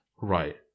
Right